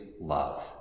love